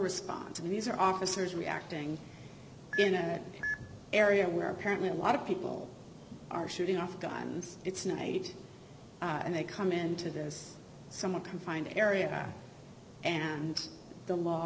response and these are officers reacting in a area where apparently a lot of people are shooting off guns it's night and they come into this some a confined area and the law